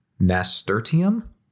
Nasturtium